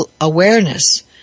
awareness